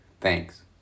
Thanks